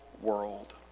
world